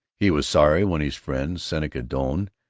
he was sorry when his friend, seneca doane,